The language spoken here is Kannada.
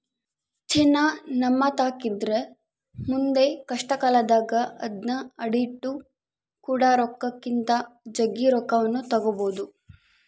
ಚಿನ್ನ ನಮ್ಮತಾಕಿದ್ರ ಮುಂದೆ ಕಷ್ಟಕಾಲದಾಗ ಅದ್ನ ಅಡಿಟ್ಟು ಕೊಂಡ ರೊಕ್ಕಕ್ಕಿಂತ ಜಗ್ಗಿ ರೊಕ್ಕವನ್ನು ತಗಬೊದು